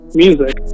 music